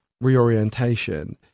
reorientation